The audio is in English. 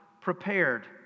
prepared